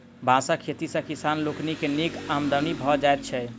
बाँसक खेती सॅ किसान लोकनि के नीक आमदनी भ जाइत छैन